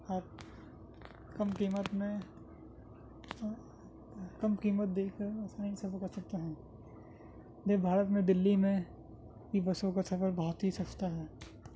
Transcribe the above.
آپ کم قیمت میں کم قیمت دے کر اس میں سفر کر سکتے ہیں جیسے بھارت میں دلی میں ای بسوں کا سفر بہت ہی سستا ہے